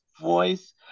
voice